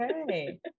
okay